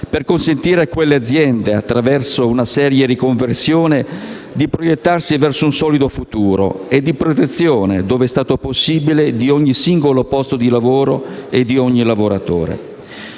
per consentire a quelle aziende, attraverso una seria riconversione, di proiettarsi verso un solido futuro, e alla protezione - laddove è stato possibile - di ogni singolo posto di lavoro e di ogni lavoratore.